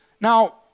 Now